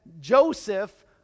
Joseph